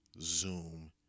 Zoom